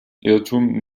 irrtum